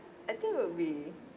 I think will be